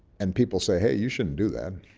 and people say, hey, you shouldn't do that.